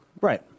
Right